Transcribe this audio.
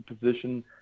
position